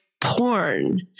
porn